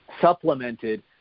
supplemented